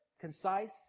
concise